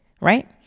Right